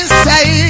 say